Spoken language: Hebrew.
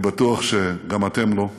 אני בטוח שגם אתם לא.